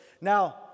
Now